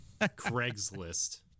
Craigslist